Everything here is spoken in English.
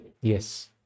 Yes